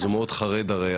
אז הוא מאוד חרד הרי,